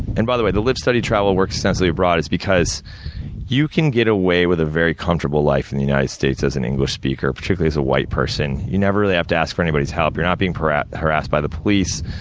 and, by the way, the live, study, travel, work extensively abroad is because you can get away with a very comfortable life in the united states as an english speaker, particularly as a white person. you never really have to ask for anybody's help, you're not being harassed harassed by the police,